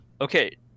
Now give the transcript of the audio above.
Okay